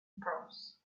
proms